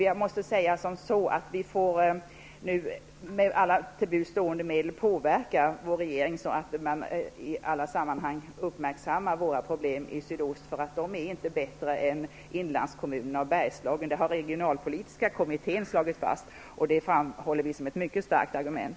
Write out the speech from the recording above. Vi får nu med alla till buds stående medel påverka vår regeringen, så att den i detta sammanhang uppmärksammar våra problem i sydost. De problemen är inte mindre än inlandskommunernas och Bergslagens problem. Det har den regionalpolitiska kommittéen slagit fast, vilket vi framhåller som ett mycket starkt argument.